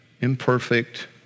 imperfect